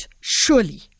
surely